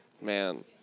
man